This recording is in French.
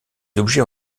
objets